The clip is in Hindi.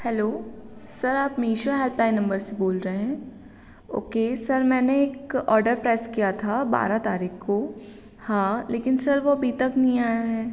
हलो सर आप मीशो हेल्पलाइन नम्बर से बोल रहे हैं ओ के सर मैंने एक ऑर्डर प्लेस किया था बारह तारीख को हाँ लेकिन सर वह अभी तक नहीं आया है